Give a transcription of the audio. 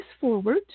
forward